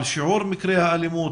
על שיעור מקרי האלימות,